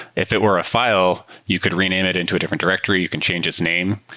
if it were a file, you could rename it into a different directory. you can change its name.